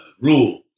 rule